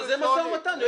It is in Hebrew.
אבל זה משא ומתן.